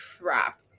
crap